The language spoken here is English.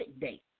date